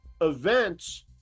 Events